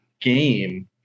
game